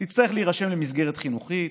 תצטרך להירשם למסגרת חינוכית,